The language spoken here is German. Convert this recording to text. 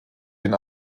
den